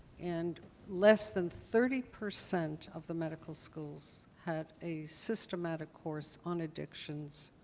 and less than thirty percent of the medical schools had a systematic course on addictions,